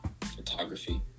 photography